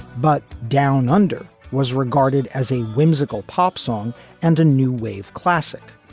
but down under was regarded as a whimsical pop song and a new wave classic.